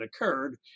occurred